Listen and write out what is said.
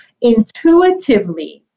intuitively